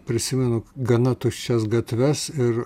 prisimenu gana tuščias gatves ir